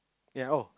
ya oh